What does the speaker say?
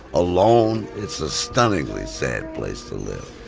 alone. it's a stunningly sad place to live.